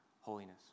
holiness